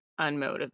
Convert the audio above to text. unmotivated